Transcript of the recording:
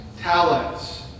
talents